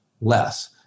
less